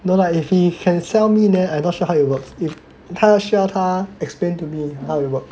no lah if he can sell me leh then I'm not sure how it works if 他需要他 explained to me how it works